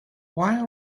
why